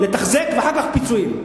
לתחזק ואחר כך פיצויים.